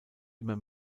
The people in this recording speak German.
immer